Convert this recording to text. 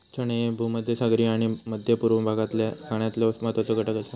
चणे ह्ये भूमध्यसागरीय आणि मध्य पूर्व भागातल्या खाण्यातलो महत्वाचो घटक आसा